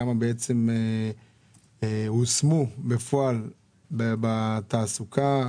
כמה בעצם הושמו בפועל בתעסוקה?